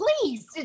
please